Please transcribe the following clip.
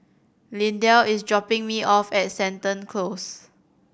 Lindell is dropping me off at Seton Close